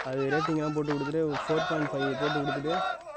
அது ரேட்டிங்கெலாம் போட்டு கொடுத்துட்டு ஃபோர் பாயிண்ட் ஃபைவ் போட்டு கொடுத்துட்டு